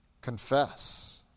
confess